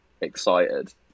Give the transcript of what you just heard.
excited